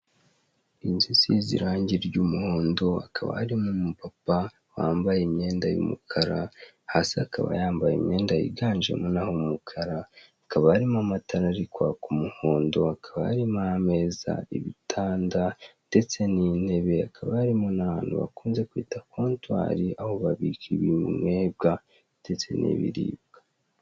Inzu isize irangi ry'umuhondo, hakaba harimo umupapa wambaye imyenda y'umukara, hasi akaba yambaye imyenda yiganjemo naho umukara, hakaba harimo amatara ari kwaka umuhondo, hakaba harimo ameza, ibitanda ndetse n'intebe, hakaba harimo n'ahantu bakunze kwita kontwari, aho babika ibinywebwa ndetse n'ibiribwa.